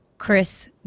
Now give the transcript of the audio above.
Chris